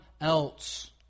else